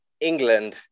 England